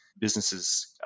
Businesses